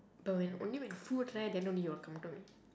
but when only when food right then only he will come to me